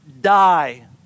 die